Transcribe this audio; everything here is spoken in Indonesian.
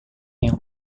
yang